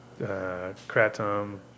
Kratom